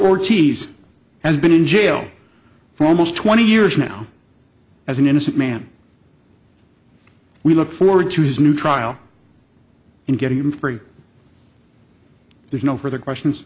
e cheese has been in jail for almost twenty years now as an innocent man we look forward to his new trial and getting him free there's no further questions